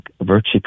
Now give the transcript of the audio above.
virtue